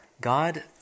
God